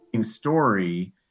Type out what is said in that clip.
story